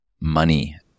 money